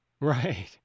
Right